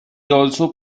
also